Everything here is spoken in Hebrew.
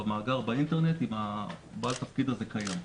במאגר באינטרנט אם בעל התפקיד הזה קיים.